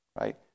Right